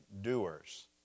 doers